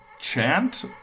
chant